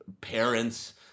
parents